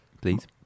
please